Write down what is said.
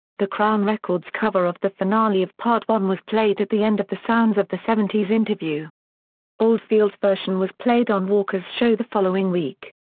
the crown records cover of the finale of part one was played at the end of the sounds of the seventy s interview oldfield's version was played on walker's show the following week.